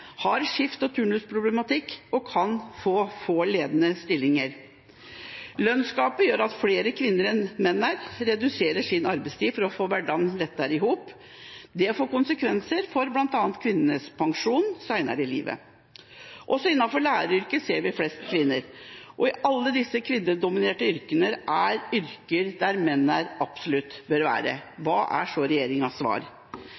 turnusproblematikk, og få kan få ledende stillinger. Lønnsgapet gjør at flere kvinner enn menn reduserer sin arbeidstid for å få hverdagen til å gå lettere i hop. Dette får konsekvenser, bl.a. for kvinnenes pensjon senere i livet. Også innenfor læreryrket ser vi flest kvinner. Og alle disse kvinnedominerte yrkene er yrker menn absolutt bør